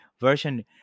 version